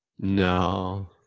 No